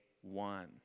one